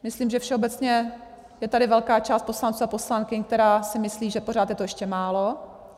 Myslím, že všeobecně je tady velká část poslanců a poslankyň, která si myslí, že pořád je to ještě málo.